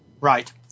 Right